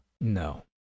No